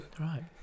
Right